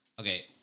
Okay